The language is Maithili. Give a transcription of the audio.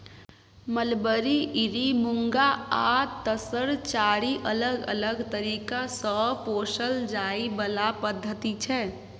मलबरी, इरी, मुँगा आ तसर चारि अलग अलग तरीका सँ पोसल जाइ बला पद्धति छै